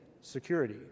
security